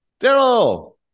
Daryl